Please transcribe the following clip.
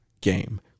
game